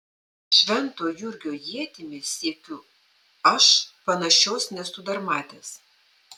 švento jurgio ietimi siekiu aš panašios nesu dar matęs